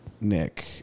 Nick